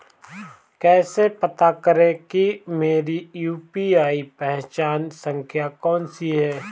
कैसे पता करें कि मेरी यू.पी.आई पहचान संख्या कौनसी है?